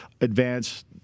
advance –